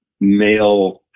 male